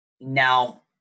Now